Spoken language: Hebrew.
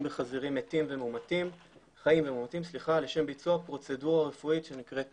בחזירים חיים ומומתים לשם ביצוע פרוצדורה רפואית שנקראת trocar,